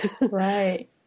right